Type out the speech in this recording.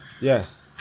Yes